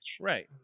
right